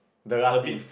the last scene